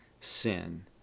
sin